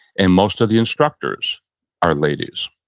and most of the instructors are ladies.